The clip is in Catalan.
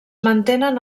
mantenen